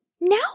Now